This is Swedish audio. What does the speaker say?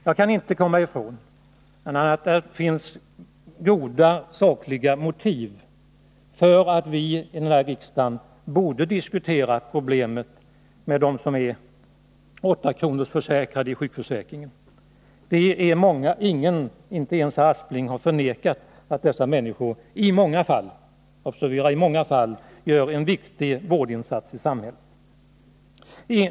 Jag kan inte bortse ifrån att det finns goda sakliga skäl för oss här i riksdagen att diskutera problemet med dem som i sjukförsäkringen är försäkrade för en sjukpenning på 8 kr. De är många. Ingen, inte ens herr Aspling, har förnekat att dessa människor i många fall — obs. i många fall! — gör en viktig vårdinsats i samhället.